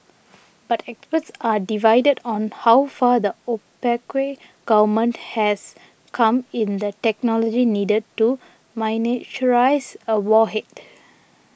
but experts are divided on how far the opaque government has come in the technology needed to miniaturise a warhead